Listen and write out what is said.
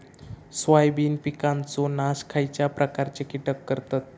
Soybean पिकांचो नाश खयच्या प्रकारचे कीटक करतत?